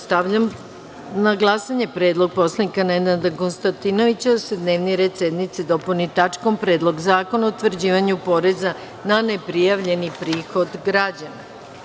Stavljam na glasanje predlog narodnog poslanika Nenada Konstantinovića da se dnevni red sednice dopuni tačkom - Predlog zakona o utvrđivanju poreza na neprijavljeni prihod građana.